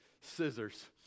scissors